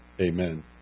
Amen